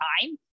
Time